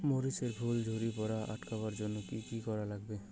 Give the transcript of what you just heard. মরিচ এর ফুল ঝড়ি পড়া আটকাবার জইন্যে কি কি করা লাগবে?